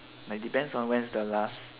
like depends on when's the last